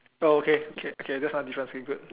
oh okay okay that's one difference we good